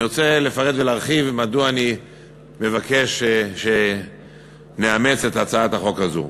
אני רוצה לפרט ולהרחיב מדוע אני מבקש שנאמץ את הצעת החוק הזאת.